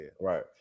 right